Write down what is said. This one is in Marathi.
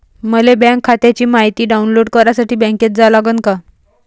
मले बँक खात्याची मायती डाऊनलोड करासाठी बँकेत जा लागन का?